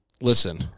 listen